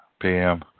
PM